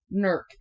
NERK